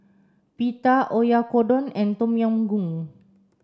Pita Oyakodon and Tom Yam Goong